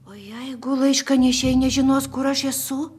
o jeigu laiškanešiai nežinos kur aš esu